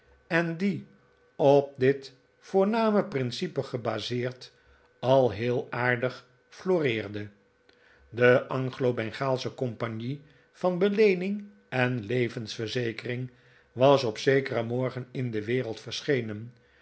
en die op dit voorname principe gebaseerd al heel aardig flore ferde de anglo bengaalsche compagnie van beleening en levensverzekering was op zekeren morgen in dewereld verschenen